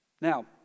Now